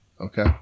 Okay